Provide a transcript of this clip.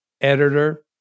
editor